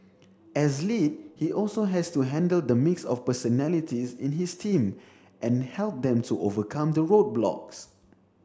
as lead he also has to handle the mix of personalities in his team and help them to overcome the roadblocks